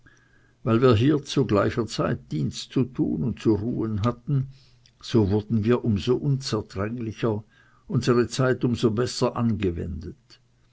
weil wir hier zu gleicher zeit dienst zu tun und zu ruhen hatten so wurden wir um so unzertrennlicher unsere zeit um so besser angewendet